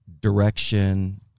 direction